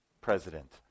president